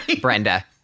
Brenda